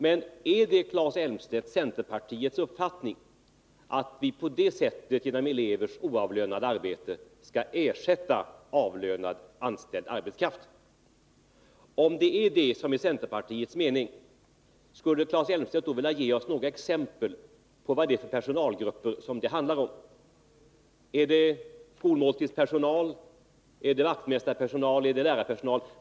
Men är det, Claes Elmstedt, centerpartiets uppfattning att vi på det sättet, genom elevers oavlönade arbete, skall ersätta avlönad anställd arbetskraft? Om det är centerpartiets mening, skulle Claes Elmstedt då vilja ge oss några exempel på vad det är för personalgrupper det handlar om. Är det skolmåltidspersonal? Är det vaktmästarpersonal? Är det lärarpersonal?